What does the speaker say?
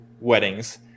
weddings